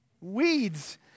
weeds